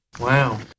Wow